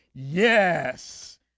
Yes